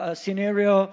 scenario